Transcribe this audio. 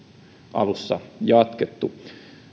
alussa jatkettu